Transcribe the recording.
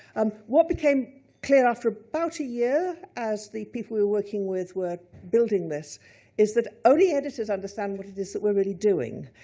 um what became clear after about a year, as the people we're working with were building this is that only editors understand what it is that we're really doing.